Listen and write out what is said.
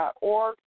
org